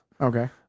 Okay